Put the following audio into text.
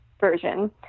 version